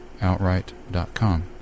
Outright.com